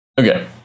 Okay